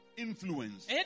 Influence